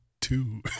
two